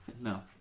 No